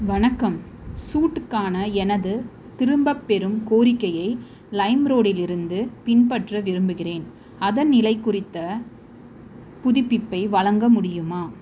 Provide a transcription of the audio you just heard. வணக்கம் சூட்டுக்கான எனது திரும்பப்பெறும் கோரிக்கையை லைம்ரோடிலிருந்து பின்பற்ற விரும்புகிறேன் அதன் நிலை குறித்த புதுப்பிப்பை வழங்க முடியுமா